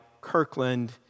Kirkland